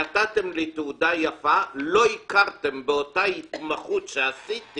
נתתם לי תעודה יפה, לא הכרתם באותה התמחות שעשיתי